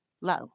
low